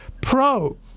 Pro